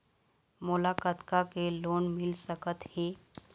मोला कतका के लोन मिल सकत हे?